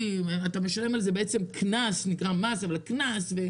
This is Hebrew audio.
אתה משלם על זה קנס זה נקרא מס ושמים